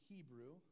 Hebrew